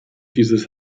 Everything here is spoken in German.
dieses